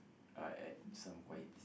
uh at some quiet place